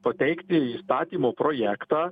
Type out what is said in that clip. pateikti įstatymo projektą